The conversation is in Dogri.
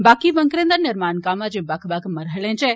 बाकी बंकरें दा निर्माण कम्म अजें बक्ख बक्ख मरहतें च ऐ